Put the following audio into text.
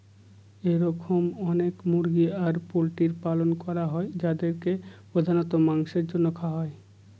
এরকম অনেক মুরগি আর পোল্ট্রির পালন করা হয় যাদেরকে প্রধানত মাংসের জন্য খাওয়া হয়